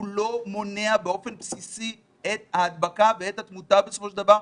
הוא לא מונע באופן בסיסי את ההדבקה ואת התמותה בסופו של דבר.